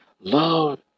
Love